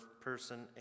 person